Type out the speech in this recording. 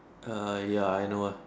err ya I know ah